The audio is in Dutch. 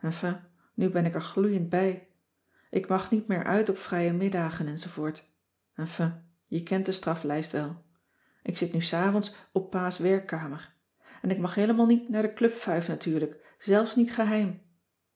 nu ben ik er gloeiend bij ik mag niet meer uit op vrije middagen enz enfin je kent de straflijst wel ik zit nu s avonds op pa's werkkamer en ik mag heelemaal niet naar de clubfuif natuurlijk zelfs niet geheim